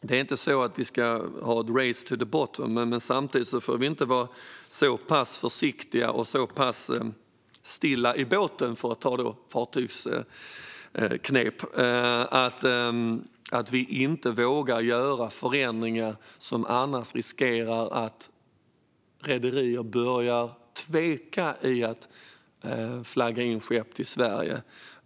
Det är inte så att vi ska ha ett race to the bottom, men samtidigt får vi inte vara så pass försiktiga och sitta så pass stilla i båten - för att ta till fartygsknep - att vi inte vågar göra förändringar när vi riskerar att rederier börjar tveka inför att flagga in skepp till Sverige.